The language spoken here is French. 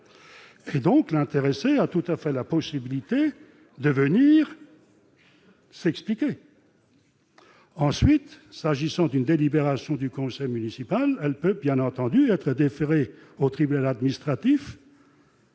donc l'intéressé a tout à fait la possibilité de venir s'expliquer ensuite, s'agissant d'une délibération du conseil municipal, elle peut bien entendu être déféré au tribunal administratif.